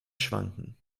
schwanken